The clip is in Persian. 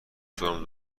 سرم